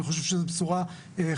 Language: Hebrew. אני חושב שזו בשורה חשובה,